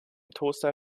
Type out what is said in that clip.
toaster